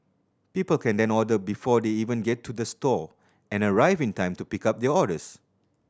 people can then order before they even get to the store and arrive in time to pick up their orders